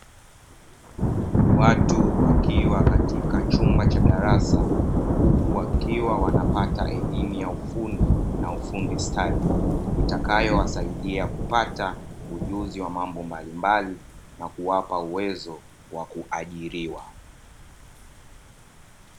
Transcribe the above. Watu wakiwa katika chumba cha darasa huku wakiwa wanapata elimu ya ufundi na ufundi stadi, itakayowasaidia kupata ujuzi wa mambo mbalimbali na kuwapa uwezo wa kuajiriwa.